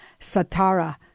Satara